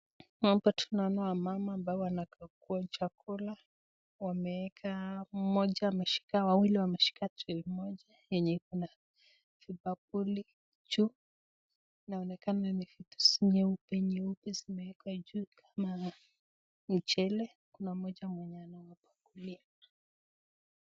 Hapa tunaona wamama ambao wanakagua chakula, wameweka, wawili wameshika trei moja yenye iko na vibakuli juu, inaonekana ni vitu nyeupe nyeupe zimewekwa juu kama mchele, kuna mmoja mwenye anawapakulia.